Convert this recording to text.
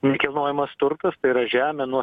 nekilnojamas turtas tai yra žemė nuo